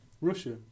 Russia